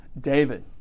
David